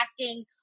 asking